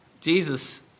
Jesus